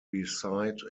reside